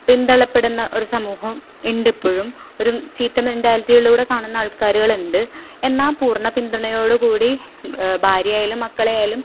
പിന്തള്ളപ്പെടുന്ന ഒരു സമൂഹം ഉണ്ടിപ്പോഴും ഒരു ചീത്ത മെൻറ്റാലിറ്റിയിലൂടെ കാണുന്ന ആൾക്കാരുകളുണ്ട് എന്നാല് പൂർണ പിന്തുണയോടു കൂടി ഭാര്യയെ ആയാലും മക്കളെയായാലും